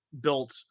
built